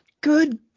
Good